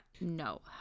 No